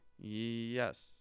Yes